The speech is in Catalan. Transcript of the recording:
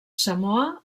samoa